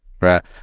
right